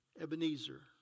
Ebenezer